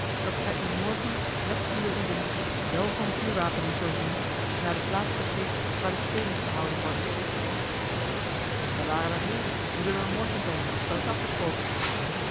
dat gij u morgen met uwe lieden wel van vuurwapenen voorzien naar de plaats begeeft waar de spelen gehouden worden wij waren er heden wij zullen er morgen zijn dat is afgesproken